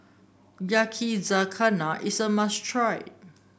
Yakizakana is a must try